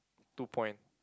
two point